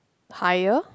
higher